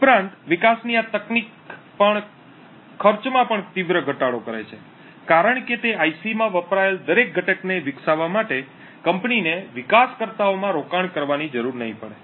ઉપરાંત વિકાસની આ તકનીક પણ ખર્ચમાં તીવ્ર ઘટાડો કરે છે કારણ કે તે આઇસીમાં વપરાયેલ દરેક ઘટકને વિકસાવવા માટે કંપનીને વિકાસકર્તાઓમાં રોકાણ કરવાની જરૂર નહીં પડે